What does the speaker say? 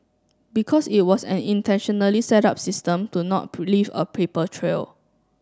because it was an intentionally set up system to not to leave a paper trail